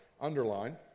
underline